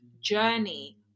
journey